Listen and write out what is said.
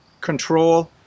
control